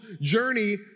journey